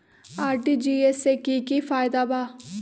RTGS से की की फायदा बा?